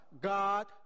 God